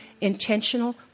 intentional